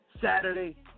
Saturday